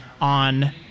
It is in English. on